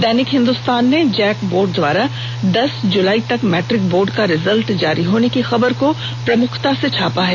दैनिक हिन्दुस्तान ने JAC board द्वारा दस जुलाई तक मैट्रिक बोर्ड का रिजल्ट जारी होने की खबर को प्रमुखता से छापा है